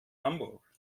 hamburg